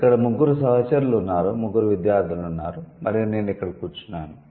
ఇక్కడ ముగ్గురు సహచరులు ఉన్నారు ముగ్గురు విద్యార్థులు ఉన్నారు మరియు నేను ఇక్కడ కూర్చున్నాను